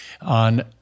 on